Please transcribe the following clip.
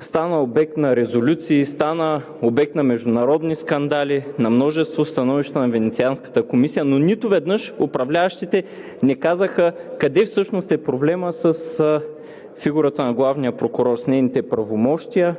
стана обект на резолюции, стана обект на международни скандали, на множество становища на Венецианската комисия, но нито веднъж управляващите не казаха къде всъщност е проблемът с фигурата на главния прокурор – с нейните правомощия,